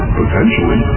potentially